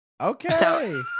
Okay